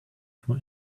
for